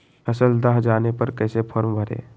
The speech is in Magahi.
फसल दह जाने पर कैसे फॉर्म भरे?